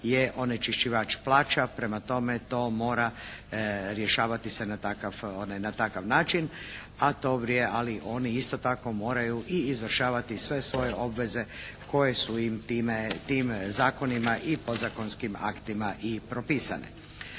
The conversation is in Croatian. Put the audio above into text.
je onečišćivač plaća. Prema tome, to mora se rješavati na takav način ali oni isto tako moraju izvršavati sve svoje obveze koje su im tim zakonima i podzakonskim aktima i propisane.